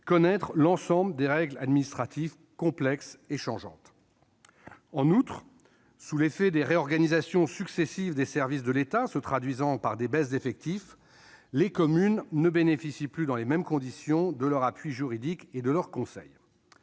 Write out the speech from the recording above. connaître l'ensemble des règles administratives complexes et changeantes. En outre, sous l'effet des réorganisations successives des services de l'État, se traduisant par des baisses d'effectifs, les communes ne bénéficient plus dans les mêmes conditions de leur appui juridique et de leurs conseils.